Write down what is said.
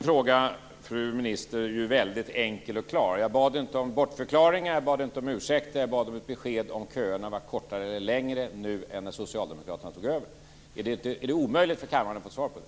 Fru talman! Nu var min fråga väldigt enkel och klar, fru minister. Jag bad inte om bortförklaringar eller ursäkter utan om ett besked om köerna var kortare eller längre nu än när socialdemokraterna tog över. Är det omöjligt för kammaren att få svar på det?